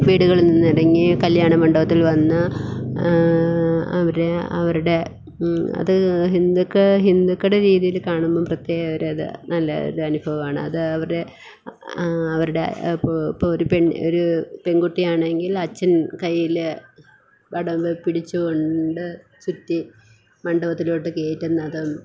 വീടുകളിൽ നിന്നിറങ്ങി കല്യാണ മണ്ഡപത്തിൽ വന്ന് അവർ അവരുടെ അതു ഹിന്ദുക്ക ഹിന്ദുക്കളുടെ രീതിയിൽ കാണുമ്പം പ്രത്യേക ഒരു ഇത് നല്ല ഒരനുഭവമാണ് അത് അവരുടെ അവരുടെ ഇപ്പോൾ ഒരു പെൺ ഒരു പെൺകുട്ടി ആണെങ്കിൽ അച്ഛൻ കയ്യിൽ നടന്നു പിടിച്ചു കൊണ്ട് ചുറ്റി മണ്ഡപത്തിലോട്ടു കയറ്റുന്നതും